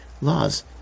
laws